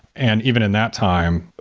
and even in that time,